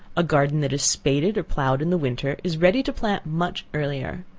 a garden that is spaded, or ploughed in the winter, is ready to plant much earlier.